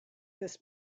this